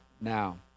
now